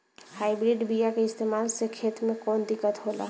Hybrid बीया के इस्तेमाल से खेत में कौन दिकत होलाऽ?